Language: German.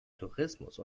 tourismus